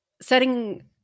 setting